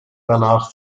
danach